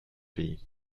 pays